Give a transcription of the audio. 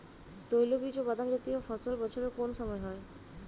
তৈলবীজ ও বাদামজাতীয় ফসল বছরের কোন সময় হয়?